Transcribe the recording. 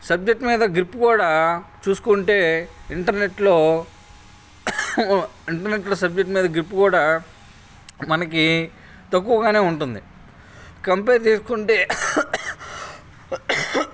subject మీద grip కూడా చూసుకుంటే ఇంటర్నెట్లో ఇంటర్నెట్లో సబ్జెక్టు మీద గ్రిప్ కూడా మనకి తక్కువగానే ఉంటుంది కంపేర్ చేసుకుంటే